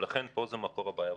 זה מקור הבעיה,